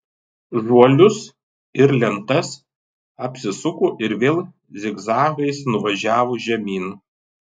žuolius ir lentas apsisuko ir vėl zigzagais nuvažiavo žemyn